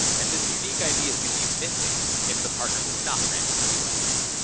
and this unique id is going to be missing if the partner was not randomly selected.